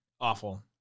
Awful